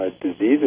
diseases